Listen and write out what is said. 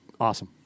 Awesome